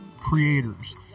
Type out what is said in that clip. creators